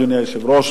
אדוני היושב-ראש,